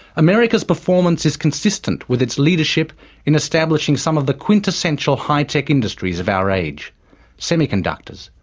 america's performance is consistent with its leadership in establishing some of the quintessential high-tech industries of our age semiconductors,